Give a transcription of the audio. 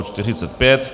45.